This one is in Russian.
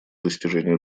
достижению